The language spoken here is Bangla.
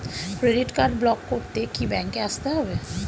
ক্রেডিট কার্ড ব্লক করতে কি ব্যাংকে আসতে হবে?